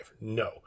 No